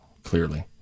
Clearly